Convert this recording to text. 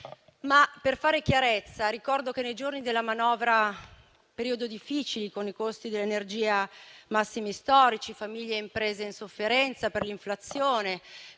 Per fare chiarezza ricordo che i giorni della manovra hanno visto un periodo difficile con i costi dell'energia ai massimi storici, le famiglie e le imprese in sofferenza per l'inflazione